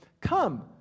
Come